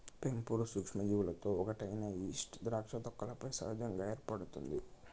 పెంపుడు సూక్ష్మజీవులలో ఒకటైన ఈస్ట్ ద్రాక్ష తొక్కలపై సహజంగా ఏర్పడుతుంది